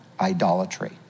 idolatry